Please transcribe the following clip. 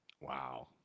Wow